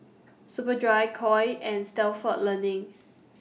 Superdry Koi and Stalford Learning